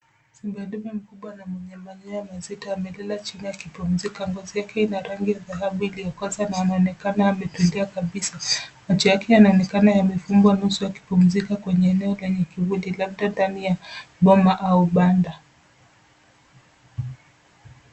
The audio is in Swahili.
Simba dume mkubwa na mwenye manyoya mazito amelala chini akipumzika. Ngozi yake ina rangi ya dhahabu iliyokoza na anaonekana ametulia kabisa. Macho yake yanaonekana yamefungwa nusu akipumzika kwenye eneo lenye kivuli, labda ndani ya boma au banda.